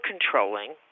controlling